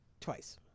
twice